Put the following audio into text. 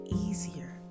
easier